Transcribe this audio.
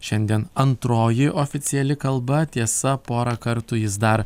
šiandien antroji oficiali kalba tiesa porą kartų jis dar